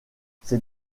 ces